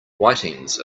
whitings